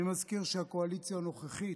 אני מזכיר שהקואליציה הנוכחית,